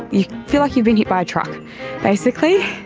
you feel like you've been hit by a truck basically.